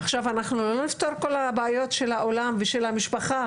עכשיו אנחנו לא נפתור את כל הבעיות של העולם ושל המשפחה,